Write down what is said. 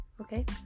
okay